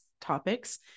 topics